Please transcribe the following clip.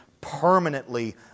permanently